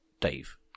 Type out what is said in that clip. Dave